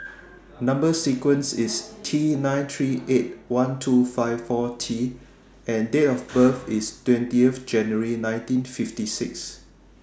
Number sequence IS T nine three eight one two five four T and Date of birth IS twentieth January nineteen fifty six